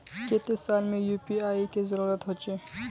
केते साल में यु.पी.आई के जरुरत होचे?